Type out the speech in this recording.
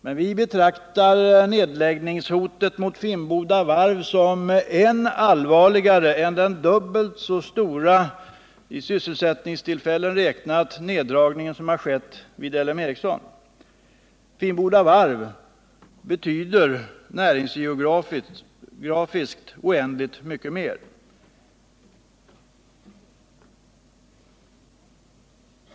Men vi betraktar nedläggningshotet mot Finnboda varv som än allvarligare än den i sysselsättningstillfällen räknat dubbelt så stora nedläggning som skett inom L M Ericsson. Finnboda varv betyder nämligen näringsgeografiskt oändligt mycket mer.